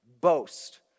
boast